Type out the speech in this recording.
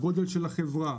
הגודל של החברה,